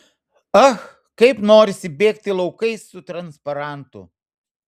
ach kaip norisi bėgti laukais su transparantu